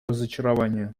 разочарование